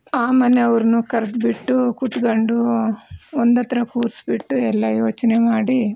ಆ ಮನೆಯವ್ರನ್ನು ಕರೆದುಬಿಟ್ಟು ಕೂತ್ಕೊಂಡು ಒಂದತ್ರ ಕೂರ್ಸಿಬಿಟ್ಟು ಎಲ್ಲ ಯೋಚನೆ ಮಾಡಿ